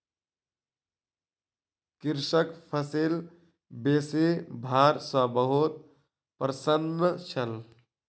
कृषक फसिल बेसी भार सॅ बहुत प्रसन्न छल